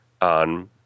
on